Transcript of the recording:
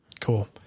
Cool